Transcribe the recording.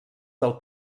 del